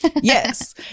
yes